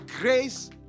grace